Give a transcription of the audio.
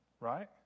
Right